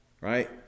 Right